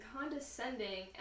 condescending